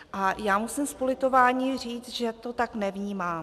A já musím s politováním říct, že to tak nevnímám.